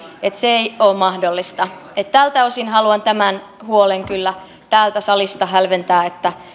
se ei ole mahdollista tältä osin haluan tämän huolen kyllä täältä salista hälventää